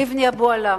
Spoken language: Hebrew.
לבני אבו עלא.